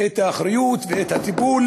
את האחריות ואת הטיפול